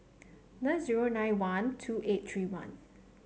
nine zero nine one two eight three one